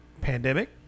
pandemic